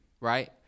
Right